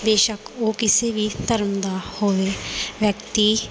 ਬੇਸ਼ੱਕ ਉਹ ਕਿਸੇ ਵੀ ਧਰਮ ਦਾ ਹੋਵੇ ਵਿਅਕਤੀ